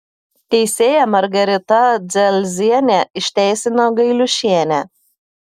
teisėja margarita dzelzienė išteisino gailiušienę